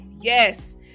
Yes